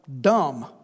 dumb